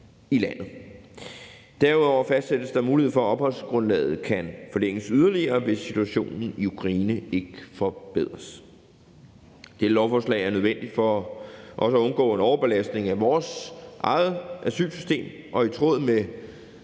Derudover fastsættes der mulighed for, at opholdsgrundlaget kan forlænges yderligere, hvis situationen i Ukraine ikke forbedres. Dette lovforslag er nødvendigt for også at undgå en overbelastning af vores eget asylsystem, og i tråd med